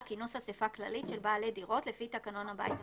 כינוס אסיפה כללית של בעלי דירות לפי תקנון הבית המשותף,